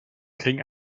kriegen